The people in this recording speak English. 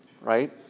right